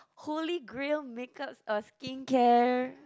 holy grail make us a skincare